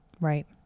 Right